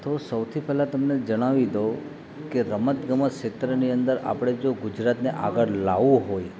તો સૌથી પહેલા તમને જણાવી દઉં કે રમત ગમત ક્ષેત્રની અંદર આપણે જો ગુજરાતને આગળ લાવવું હોય